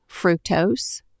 fructose